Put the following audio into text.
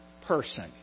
person